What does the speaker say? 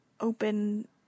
open